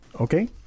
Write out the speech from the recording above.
Okay